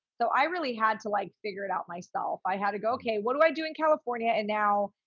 so i really had to like figure it out myself. i had to go, okay, what do i do in california? and now,